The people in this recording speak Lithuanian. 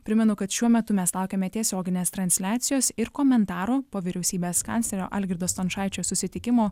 primenu kad šiuo metu mes laukiame tiesioginės transliacijos ir komentaro po vyriausybės kanclerio algirdo stončaičio susitikimo